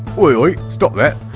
oi! stop that!